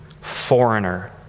foreigner